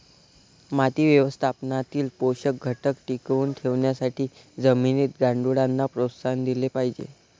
माती व्यवस्थापनातील पोषक घटक टिकवून ठेवण्यासाठी जमिनीत गांडुळांना प्रोत्साहन दिले पाहिजे